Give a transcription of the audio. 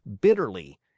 bitterly